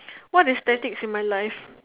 what is statics in my life